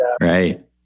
Right